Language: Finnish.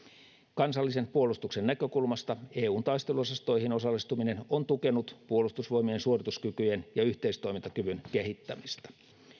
kansallisen puolustuksen näkökulmasta eun taisteluosastoihin osallistuminen on tukenut puolustusvoimien suorituskykyjen ja yhteistoimintakyvyn kehittämistä